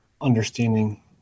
understanding